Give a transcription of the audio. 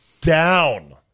down